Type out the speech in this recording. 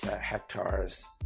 hectares